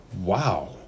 Wow